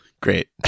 great